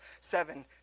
seven